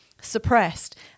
suppressed